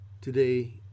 Today